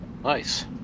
Nice